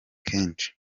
kenshi